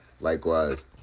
Likewise